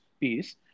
piece